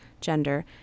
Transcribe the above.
gender